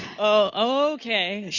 oh, okay.